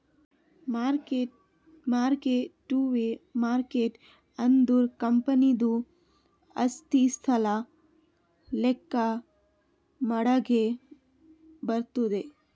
mark ಟ್ಟು market ಅಂದುರ್ ಕಂಪನಿದು ಆಸ್ತಿ, ಸಾಲ ಲೆಕ್ಕಾ ಮಾಡಾಗ್ ಬರ್ತುದ್